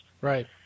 Right